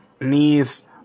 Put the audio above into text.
knees